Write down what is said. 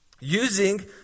using